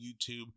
YouTube